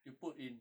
you put in